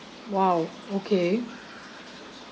!wow! okay